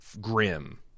grim